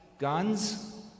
guns